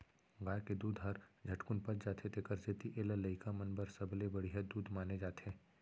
गाय के दूद हर झटकुन पच जाथे तेकर सेती एला लइका मन बर सबले बड़िहा दूद माने जाथे